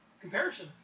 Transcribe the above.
comparison